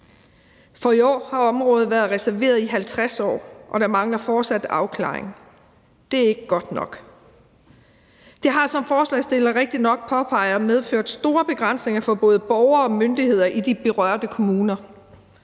dag. I år har området været reserveret i 50 år, og der mangler fortsat afklaring. Det er ikke godt nok. Det har, som forslagsstillerne rigtigt nok påpeger, medført store begrænsninger for både borgere og myndigheder i de berørte kommuner.